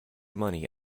money